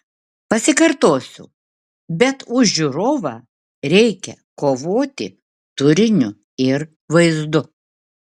pasikartosiu bet už žiūrovą reikia kovoti turiniu ir vaizdu